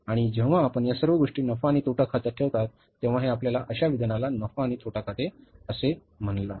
आणि जेव्हा आपण या सर्व गोष्टी नफा आणि तोटा खात्यात ठेवता तेव्हा हे आपल्या अशा विधानाला नफा आणि तोटा खाते असे म्हणतात